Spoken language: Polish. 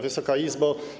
Wysoka Izbo!